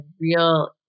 real